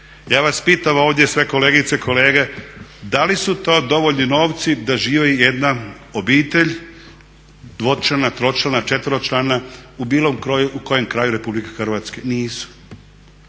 Ja vas pitam ovdje sve kolegice i kolege da li su to dovoljni novci da živi jedna obitelj dvočlana, tročlana, četveročlana u bilo kojem kraju RH? Nisu,